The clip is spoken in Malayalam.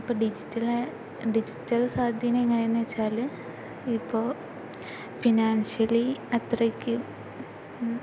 ഇപ്പോൾ ഡിജിറ്റല് ഡിജിറ്റല് സാധ്യത എങ്ങനെയെന്നു വെച്ചാല് ഇപ്പോൾ ഫിനാന്ഷ്യലി അത്രയ്ക്ക്